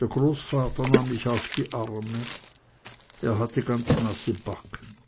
der großvater nahm mich auf die arme er hatte ganz nasse backen